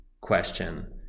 question